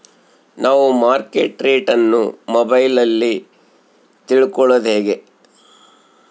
ನಾವು market rate ಅನ್ನು ಮೊಬೈಲಲ್ಲಿ ತಿಳ್ಕಳೋದು ಹೇಗೆ?